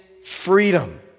freedom